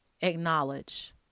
acknowledge